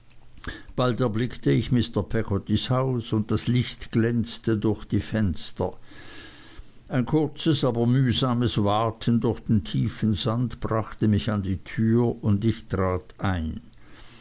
bald erblickte ich mr peggottys haus und das licht glänzte durch die fenster ein kurzes aber mühsames waten durch den tiefen sand brachte mich an die tür und ich trat ein